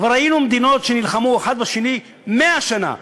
כבר ראינו מדינות שנלחמו האחת בשנייה 100 שנה,